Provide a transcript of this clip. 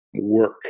Work